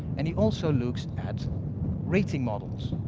and he also looks at rating models.